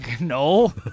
No